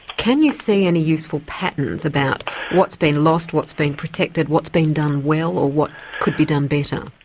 can you see any useful patterns about what's been lost, what's been protected, what's been done well, or what could be done better?